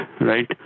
right